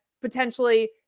potentially